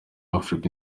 africa